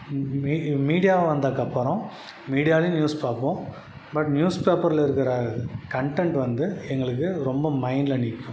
me media வந்தக்க அப்புறம் மீடியாலேயும் நியூஸ் பார்ப்போம் பட் நியூஸ் பேப்பரில் இருக்கிற கன்டெண்ட் வந்து எங்களுக்கு ரொம்ப மைண்ட்டில் நிற்கும்